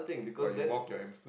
or you walk your hamster